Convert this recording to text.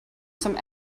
some